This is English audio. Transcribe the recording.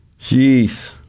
Jeez